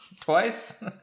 Twice